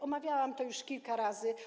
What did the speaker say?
Omawiałam to już kilka razy.